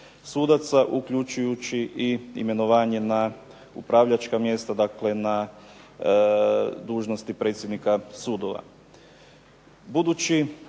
sudaca uključujući i imenovanje na upravljačka mjesta, dakle na dužnosti predsjednika sudova.